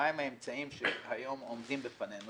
מה הם האמצעים שהיום עומדים בפנינו,